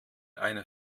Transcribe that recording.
eine